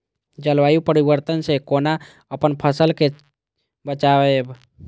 जलवायु परिवर्तन से कोना अपन फसल कै बचायब?